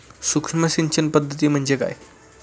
सूक्ष्म सिंचन पद्धती म्हणजे काय?